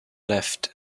left